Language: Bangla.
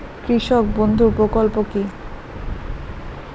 কৃষক বন্ধু প্রকল্প কি?